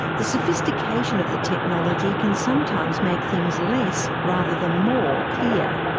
the sophistication of the technology can sometimes make things less, rather than more, clear.